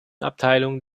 abteilung